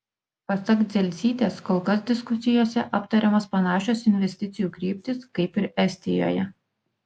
pasak dzelzytės kol kas diskusijose aptariamos panašios investicijų kryptys kaip ir estijoje